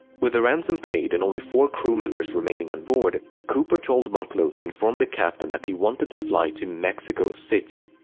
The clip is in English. with the ransom paid and only four crew members remaining onboard, cooper told mucklow to inform the captain that he wanted to fly to mexico city.